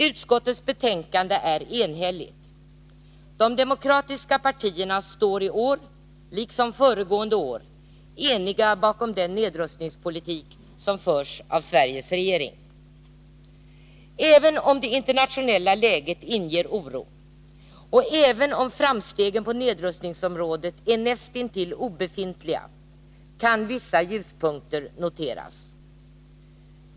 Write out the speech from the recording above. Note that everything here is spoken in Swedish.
Utskottets betänkande är enhälligt. De demokratiska partierna står i år — liksom föregående år — eniga bakom den nedrustningspolitik som förs av Sveriges regering. Även om det internationella läget inger oro, och även om framstegen på nedrustningsområdet är näst intill obefintliga, kan vissa ljuspunkter noteras.